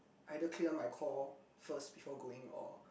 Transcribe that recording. either clear my core first before going or